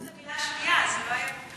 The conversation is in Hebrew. לא אמרת את המילה השנייה, אז זה לא היה ברור.